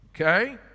Okay